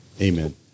amen